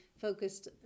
focused